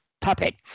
puppet